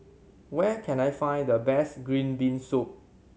where can I find the best green bean soup